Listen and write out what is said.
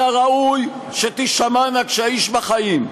היה ראוי שתישמענה כשהאיש בחיים.